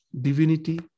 divinity